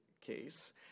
case